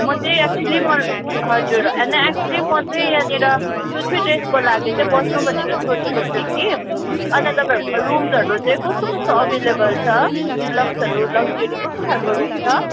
म चाहिँ एक्चुली म हजुर होइन एक्चुली म चाहिँ यहाँनिर टु थ्री डेसको लागि चाहिँ बस्नु भनेर सोचेको थिएँ कि अन्त तपाईँहरूकोमा रुम्जहरू चै कस्तो कस्तो अभइलेबल छ डिलक्सहरू लक्जरी कस्तो खालको रुम छ